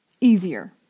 easier